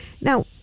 Now